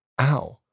Ow